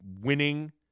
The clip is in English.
winning